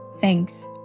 thanks